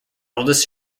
eldest